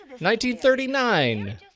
1939